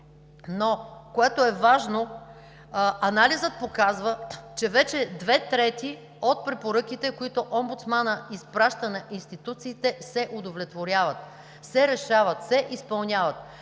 Но което е важно: анализът показва, че вече две трети от препоръките, които омбудсманът изпраща на институциите, се удовлетворяват, се решават, се изпълняват,